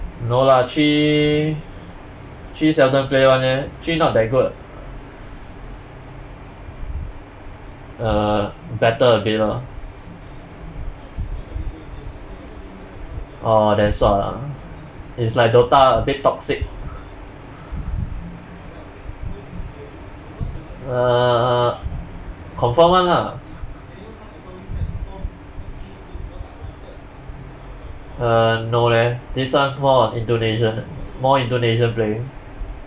no lah chee chee seldom play [one] eh chee not that good err better a bit lah orh then sot ah it's like DOTA a bit toxic uh confirm [one] lah err no leh this one more on indonesian more indonesian play